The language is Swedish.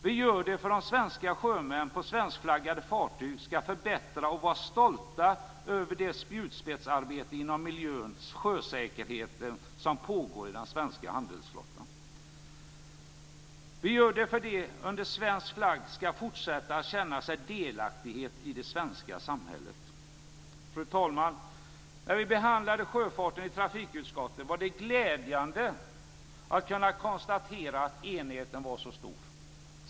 Vi gör det för att de svenska sjömännen på svenskflaggade fartyg ska fortsätta att vara stolta över det spjutspetsarbete som pågår i den svenska handelsflottan när det gäller miljö och sjösäkerhet. Vi gör det för att de - under svensk flagg - ska fortsätta att känna sig delaktiga i det svenska samhället. Fru talman! När vi behandlade sjöfarten i trafikutskottet var det glädjande att kunna konstatera att enigheten var så stor.